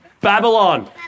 Babylon